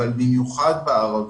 אבל במיוחד במגזר הערבי.